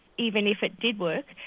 even if it did work,